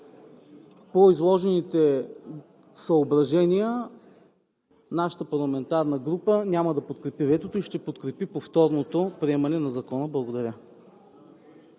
По изложените съображения нашата парламентарна група няма да подкрепи ветото и ще подкрепи повторното приемане на Закона. Благодаря.